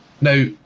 Now